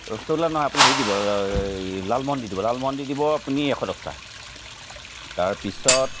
ৰসগোল্লা নহয় আপুনি হেৰি দিব লালমোহন দি দিব লালমোহন দি দিব আপুনি এশ দছটা তাৰপিছত